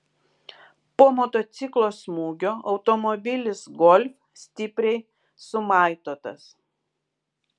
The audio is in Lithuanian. po motociklo smūgio automobilis golf stipriai sumaitotas